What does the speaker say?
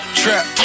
trap